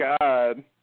God